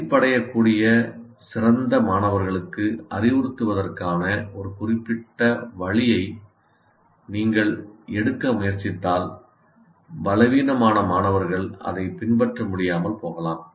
சலிப்படையக்கூடிய சிறந்த மாணவர்களுக்கு அறிவுறுத்துவதற்கான ஒரு குறிப்பிட்ட வழியை நீங்கள் எடுக்க முயற்சித்தால் பலவீனமான மாணவர்கள் அதைப் பின்பற்ற முடியாமல் போகலாம்